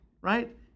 right